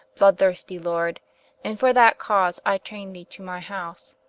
blood-thirstie lord and for that cause i trayn'd thee to my house.